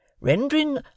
rendering